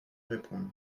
répondre